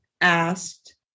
asked